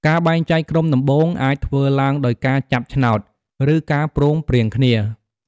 ការបែងចែកក្រុមដំបូង អាចធ្វើឡើងដោយការចាប់ឆ្នោត ឬការព្រមព្រៀងគ្នា។